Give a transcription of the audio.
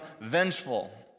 vengeful